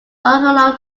along